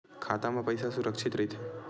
खाता मा पईसा सुरक्षित राइथे?